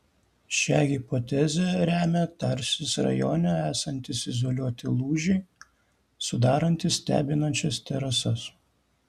šią hipotezę remia tarsis rajone esantys izoliuoti lūžiai sudarantys stebinančias terasas